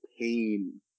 pain